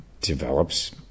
develops